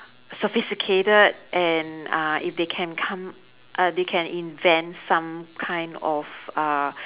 sophisticated and uh if they can come uh they can invent some kind of uh